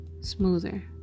smoother